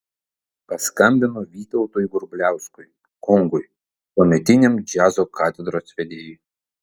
paskambino vytautui grubliauskui kongui tuometiniam džiazo katedros vedėjui